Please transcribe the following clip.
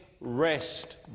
rest